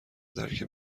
درک